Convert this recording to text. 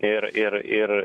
ir ir ir